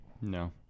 No